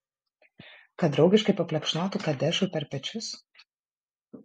kad draugiškai paplekšnotų kadešui per pečius